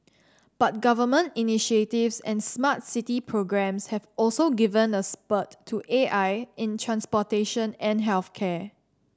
but government initiatives and smart city programs have also given a spurt to A I in transportation and health care